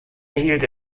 erhielt